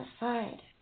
aside